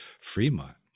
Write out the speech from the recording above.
Fremont